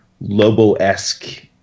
Lobo-esque